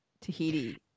Tahiti